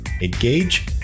Engage